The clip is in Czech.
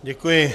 Děkuji.